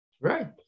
Right